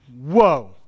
whoa